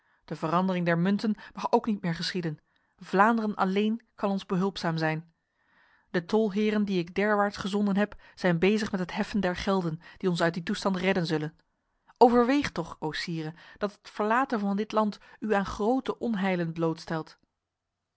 de verandering der munten mag ook niet meer geschieden vlaanderen alleen kan ons behulpzaam zijn de tolheren die ik derwaarts gezonden heb zijn bezig met het heffen der gelden die ons uit die toestand redden zullen overweeg toch o sire dat het verlaten van dit land u aan grote